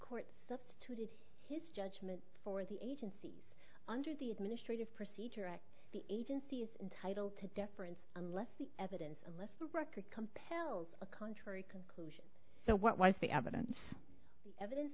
court substituted his judgment for the agencies under the administrative procedure act the agency is entitled to deference unless the evidence unless the record compels a contrary conclude so what was the evidence the evidence